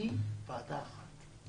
תהיי בוועדה אחת.